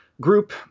group